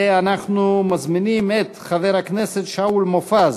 אנחנו מזמינים את חבר הכנסת שאול מופז